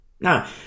Now